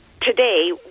today